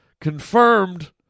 confirmed